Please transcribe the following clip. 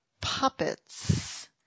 puppets